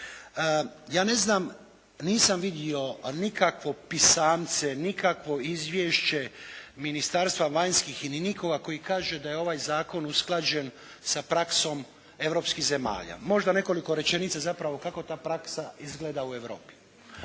Ja neznam, nisam vidio nikakvo pisamce, nikakvo izvješće Ministarstva vanjskih i nikoga koji kaže da je ovaj zakon usklađen sa praksom europskih zemalja. Možda nekoliko rečenica zapravo kako ta praksa izgleda u Europi.